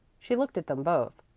she looked at them both.